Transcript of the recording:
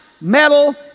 metal